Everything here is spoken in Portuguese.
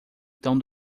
tão